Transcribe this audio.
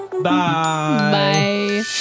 Bye